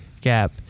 Gap